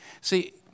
See